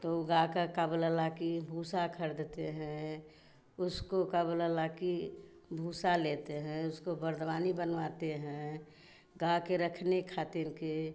तो गाय का का बोला ला कि भूसा खरीदते हैं उसको का बोला ला कि भूसा लेते हैं उसकाे बर्दवानी बनवाते हैं गाय के रखने खातिन के